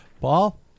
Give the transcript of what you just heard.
Paul